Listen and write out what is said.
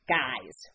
guys